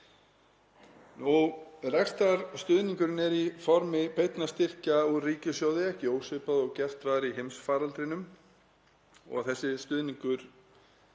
af. Rekstrarstuðningurinn er í formi beinna styrkja úr ríkissjóði, ekki ósvipað og gert var í heimsfaraldrinum og þessi stuðningur,